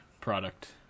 product